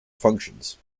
functions